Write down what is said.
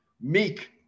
Meek